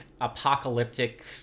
apocalyptic